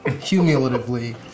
cumulatively